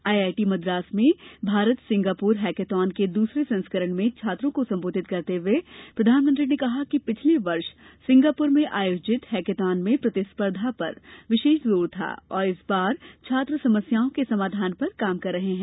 IIT Madras में Bharat Singapore hackathon के दूसरे संस्करण के छात्रों को संबोधित करते हुए प्रधानमंत्री ने कहा कि पिछले वर्ष सिंगापुर में आयोजित हेकेथॉन में प्रतिस्पर्धा पर विशेष जोर था और इस बार दोनों देशों के छात्र समस्याओं के समाधान पर काम कर रहे हैं